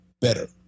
better